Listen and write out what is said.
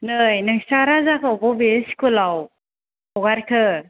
नै नोंसिना राजाखौ बबे स्कुलाव हगारखो